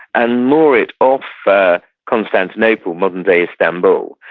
and moor it off constantinople, modern-day istanbul,